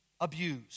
abused